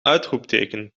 uitroepteken